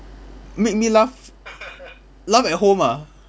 make me laugh laugh at home ah